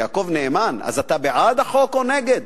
יעקב נאמן: אתה בעד החוק או נגד?